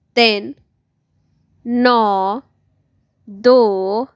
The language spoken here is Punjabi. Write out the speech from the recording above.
ਤਿੰਨ ਨੌਂ ਦੋ